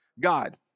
God